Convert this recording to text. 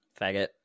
Faggot